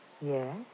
Yes